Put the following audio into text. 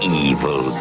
evil